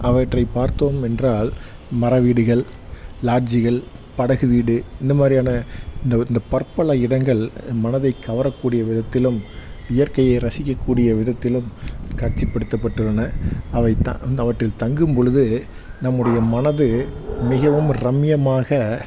அவற்றை பார்த்தோம் என்றால் மர வீடுகள் லாட்ஜுகள் படகு வீடு இந்தமாதிரியான இந்த இந்த பற்பல இடங்கள் மனதை கவரக்கூடிய விதத்திலும் இயற்கையை ரசிக்கக் கூடிய விதத்திலும் காட்சிப்படுத்தப்பட்டுள்ளன அவை த அவற்றில் தங்கும் பொழுது நம்முடைய மனது மிகவும் ரம்மியமாக